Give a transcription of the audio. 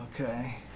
Okay